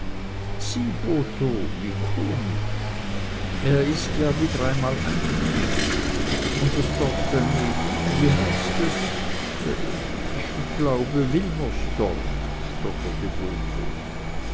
botho wie komisch er ist ja wie dreimal eingeknickt und das dorf daneben wie heißt es ich glaube wilmersdorf stotterte botho